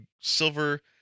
silver